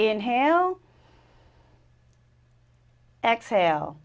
inhale exhale